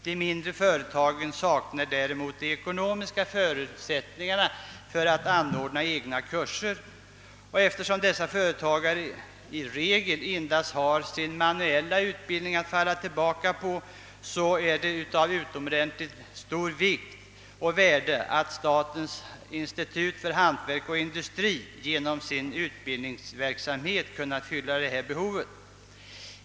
De mindre företagen däremot saknar de ekonomiska förutsättningarna att anordna egna kurser. Eftersom dessa företagare i regel endast har att falla tillbaka på sin manuella yrkesskicklighet har det varit av utomordentligt stort värde, att statens institut för hantverk och industri ge nom sin utbildningsverksamhet kunnat fylla detta behov.